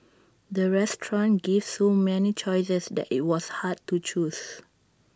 the restaurant gave so many choices that IT was hard to choose